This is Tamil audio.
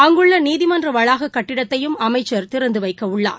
அங்குள்ள நீதிமன்ற வளாக கட்டிடத்தையும் அமைச்சர் திறந்து வைக்க உள்ளார்